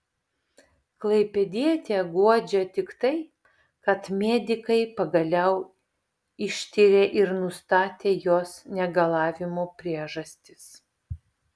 klaipėdietę guodžia tik tai kad medikai pagaliau ištyrė ir nustatė jos negalavimų priežastis